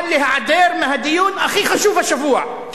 אבל להיעדר מהדיון הכי חשוב השבוע.